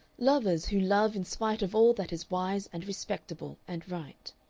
lovers who love in spite of all that is wise and respectable and right.